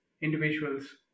individuals